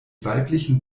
weiblichen